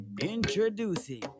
introducing